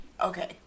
Okay